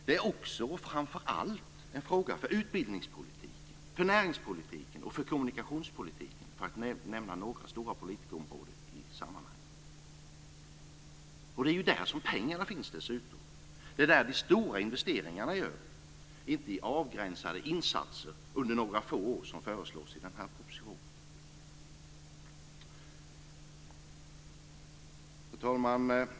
Det är också och framför allt en fråga för utbildningspolitiken, näringspolitiken och kommunikationspolitiken, för att nämna några stora politikområden i sammanhanget. Det är dessutom där som pengarna finns. Det är där de stora investeringarna görs, inte avgränsade insatser under några få år, som föreslås i den här propositionen. Fru talman!